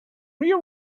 real